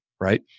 right